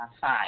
five